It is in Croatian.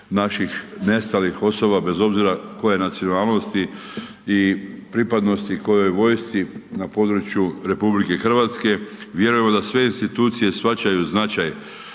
naših nestalih osoba bez obzira koje nacionalnosti i pripadnosti kojoj vojsci na području RH. Vjerujemo da sve institucije shvaćaju značaj